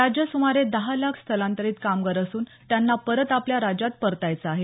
राज्यात सुमारे दहा लाख स्थलांतरित कामगार असून त्यांना परत आपल्या राज्यात परतायचं आहे